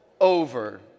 over